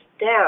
down